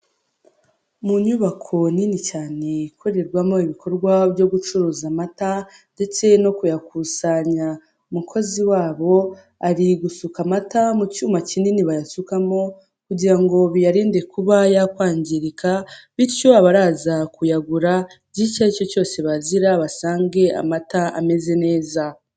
Mu nyubako nini cyane ikorerwamo ibikorwa byo gucuruza amata ndetse no kuyakusanya umukozi wabo ari gusuka amata mu cyuma kinini bayasukamo kugira ngo biyarinde kuba yakwangirika bityo abaza kuyagura by icyo aricyo cyose bazira basange amata ameze neza.